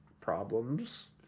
problems